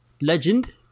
Legend